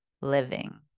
living